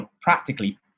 practically